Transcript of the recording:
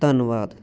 ਧੰਨਵਾਦ